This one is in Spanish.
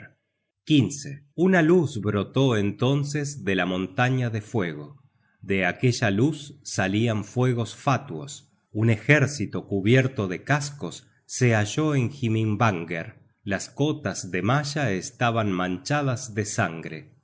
geirmimer una luz brotó entonces de la montaña de fuego de aquella luz salian fuegos fátuos un ejército cubierto de cascos se halló en himinvanger las cotas de malla estaban manchadas de sangre